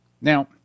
Now